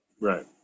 Right